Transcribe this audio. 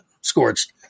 scorched